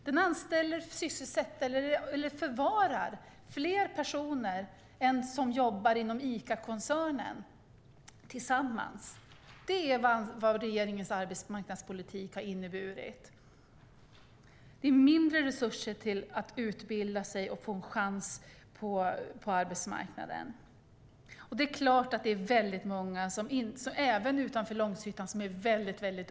Den "sysselsätter", eller förvarar, fler personer än vad som jobbar inom hela Icakoncernen. Det är vad regeringens arbetsmarknadspolitik har inneburit. Det är mindre resurser till att utbilda sig och sämre möjligheter att få en chans på arbetsmarknaden. Det är klart att väldigt många även utanför Långshyttan är väldigt oroade.